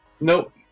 Nope